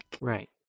Right